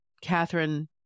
Catherine